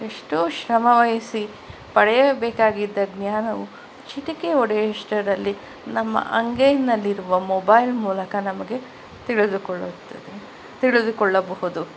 ಎಷ್ಟೋ ಶ್ರಮವಹಿಸಿ ಪಡೆಯಬೇಕಾಗಿದ್ದ ಜ್ಞಾನವು ಚಿಟಿಕೆ ಹೊಡೆಯಷ್ಟರಲ್ಲಿ ನಮ್ಮ ಅಂಗೈನಲ್ಲಿರುವ ಮೊಬೈಲ್ ಮೂಲಕ ನಮಗೆ ತಿಳಿದುಕೊಳ್ಳುತ್ತದೆ ತಿಳಿದುಕೊಳ್ಳಬಹುದು